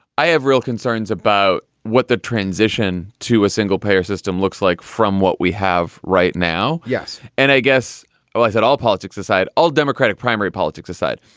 i have real concerns about what the transition to a single payer system looks like from what we have right now. yes. and i guess i set all politics aside, all democratic primary politics aside.